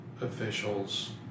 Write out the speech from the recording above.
officials